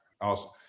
awesome